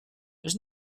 there